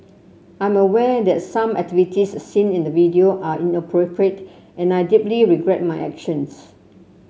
I'm aware that some activities seen in the video are inappropriate and I deeply regret my actions